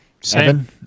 seven